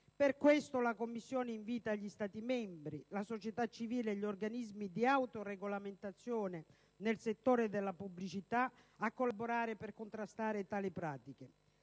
Per questo la Commissione invita gli Stati membri, la società civile e gli organismi di autoregolamentazione nel settore della pubblicità a collaborare per contrastare tali pratiche.